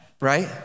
Right